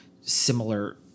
similar